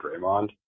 Draymond